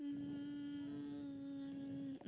um